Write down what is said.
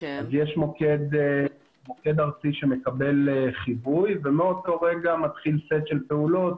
יש מוקד ארצי שמקבל חיווי ומאותו רגע מתחיל סט של פעולות